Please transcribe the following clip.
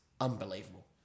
unbelievable